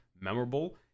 memorable